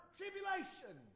tribulation